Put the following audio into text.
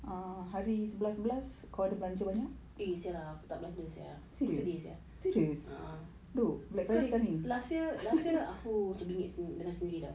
eh [sial] lah aku tak belanja sia aku sedih sia cause last year last year aku macam bingit sendiri dengan sendiri [tau]